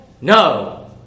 No